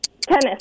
Tennis